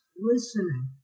listening